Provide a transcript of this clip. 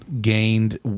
gained